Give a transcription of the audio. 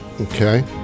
Okay